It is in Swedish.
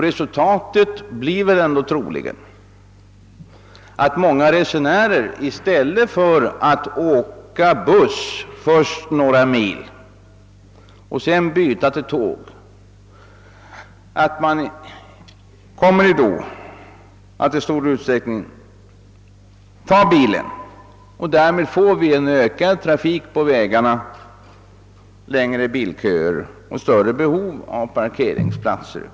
Resultatet blir troligen att många resenärer i stället för att åka buss först några mil och sedan byta till tåg kommer att ta bilen i större utsträckning. Därmed får vi självfallet också ökad landsvägstrafik, längre bilköer och även större behov av parkeringsplatser.